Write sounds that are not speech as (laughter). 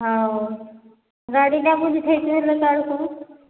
ହଉ ଗାଡ଼ିଟା ବୁଝି ଦେଇ ଥିବେ ତ (unintelligible)